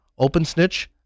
OpenSnitch